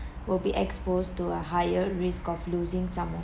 will be exposed to a higher risk of losing some or